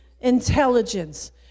Intelligence